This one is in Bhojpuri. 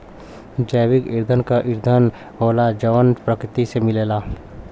जैविक ईंधन ऊ ईंधन होला जवन प्रकृति से मिलेला